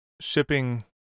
shipping